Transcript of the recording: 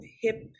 hip